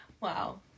Wow